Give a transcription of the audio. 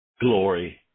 glory